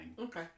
Okay